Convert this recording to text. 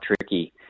tricky